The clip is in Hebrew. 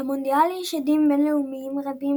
למונדיאל יש הדים בין-לאומיים רבים,